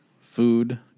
food